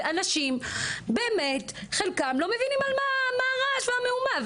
ואנשים באמת חלקם לא מבינים על מה הרעש והמהומה,